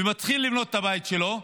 ומתחיל לבנות את הבית שלו,